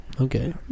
okay